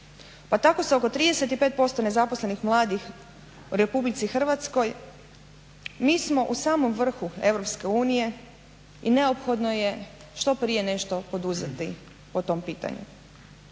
Pa tako se oko 35% nezaposlenih mladih u RH mi smo u samom vrhu EU i neophodno je što prije nešto poduzeti po tom pitanju.